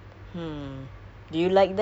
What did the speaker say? in terms of police or anything